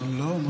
לא.